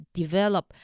develop